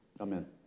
Amen